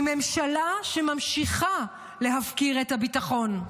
היא ממשלה שממשיכה להפקיר את הביטחון.